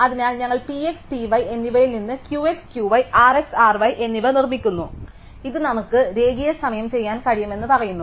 അതിനാൽ ഞങ്ങൾ P x P y എന്നിവയിൽ നിന്ന് Q x Q y R x R y എന്നിവ നിർമ്മിക്കുന്നു ഇത് നമുക്ക് രേഖീയ സമയം ചെയ്യാൻ കഴിയുമെന്ന് പറയുന്നു